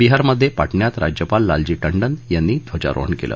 बिहारमध्ये पाटण्यात राज्यपाल लालजी टंडन यांनी ध्वजारोहण केलं